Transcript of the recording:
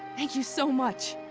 thank you so much.